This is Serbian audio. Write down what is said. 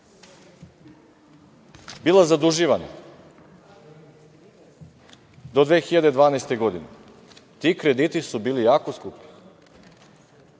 bila zaduživana do 2012. godine. Ti krediti su bili jako skupi,